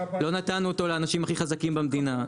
לא נתנו אותו לאנשים הכי חזקים במדינה.